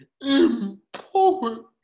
important